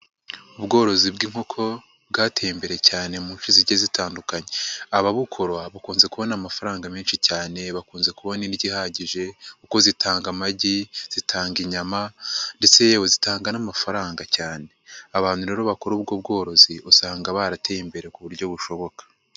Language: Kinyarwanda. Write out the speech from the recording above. ubworozi bw'inkoko bwateye imbere cyane mu nce zigiye zitandukanye. Ababukora bakunze kubona amafaranga menshi cyane. Bakunze kubona indyo ihagije kuko zitanga amagi, zitanga inyama, ndetse yewe zitanga n'amafaranga cyane. Abantu rero bakora ubwo bworozi usanga barateye imbere ku buryo bushoboka.